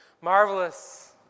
marvelous